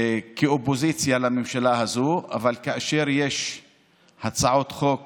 כאופוזיציה לממשלה הזאת, אבל כשיש הצעות חוק